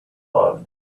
loved